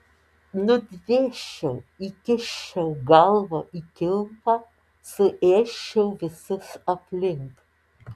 nudvėsčiau įkiščiau galvą į kilpą suėsčiau visus aplink